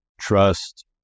trust